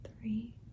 Three